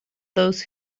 those